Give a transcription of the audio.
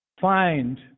find